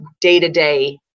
day-to-day